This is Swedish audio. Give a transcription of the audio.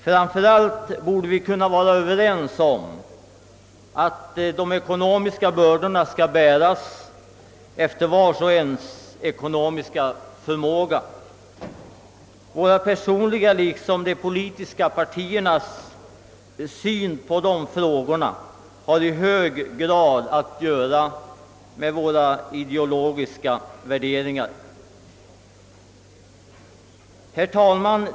Framför allt borde vi kunna vara överens om att de ekonomiska bördorna skall fördelas efter vars och ens ekonomiska förmåga. Vår personliga syn på dessa frågor, liksom de politiska partiernas, har i hög grad att göra med våra ideologiska värderingar. Herr talman!